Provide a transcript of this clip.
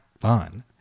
fun